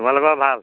তোমালোকৰ ভাল